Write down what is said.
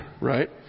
right